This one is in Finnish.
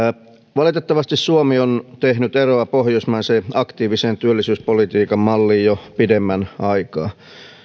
valitettavasti suomi on tehnyt eroa pohjoismaiseen aktiivisen työllisyyspolitiikan malliin jo pidemmän aikaa